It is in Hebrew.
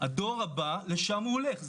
הדור הבא לשם הוא הולך.